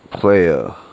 Player